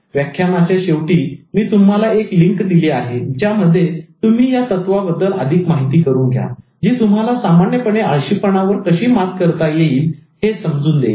व्याख्यानाच्या शेवटी मी तुम्हाला एक लिंक दिली आहे ज्यामध्ये तुम्ही या तत्वाबद्दल अधिक माहिती करून घ्या जी तुम्हाला सामान्यपणे आळशीपणावर कशी मात करता येईल हे समजेल